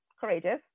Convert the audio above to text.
courageous